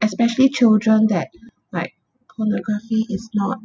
especially children that like pornography is not